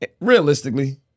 realistically